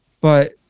But-